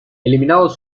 eliminados